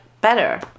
better